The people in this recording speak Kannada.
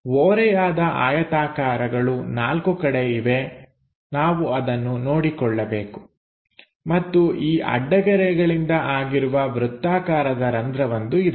ಓರೆಯಾದ ಆಯತಾಕಾರಗಳು ನಾಲ್ಕು ಕಡೆ ಇವೆ ನಾವು ಅದನ್ನು ನೋಡಿಕೊಳ್ಳಬೇಕು ಮತ್ತು ಈ ಅಡ್ಡಗೆರೆ ಗಳಿಂದ ಆಗಿರುವ ವೃತ್ತಾಕಾರದ ರಂಧ್ರ ಒಂದು ಇದೆ